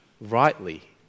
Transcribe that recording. rightly